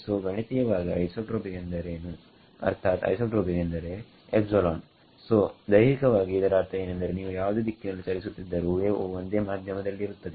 ಸೋಗಣಿತೀಯವಾಗಿ isotropic ಎಂದರೇನು ಅರ್ಥಾತ್ isotropic ಎಂದರೆ ಸೋದೈಹಿಕವಾಗಿ ಇದರ ಅರ್ಥ ಏನೆಂದರೆ ನೀವು ಯಾವುದೇ ದಿಕ್ಕಿನಲ್ಲಿ ಚಲಿಸುತ್ತಿದ್ದರೂ ವೇವ್ ವು ಒಂದೇ ಮಾಧ್ಯಮದಲ್ಲಿರುತ್ತದೆ